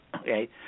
okay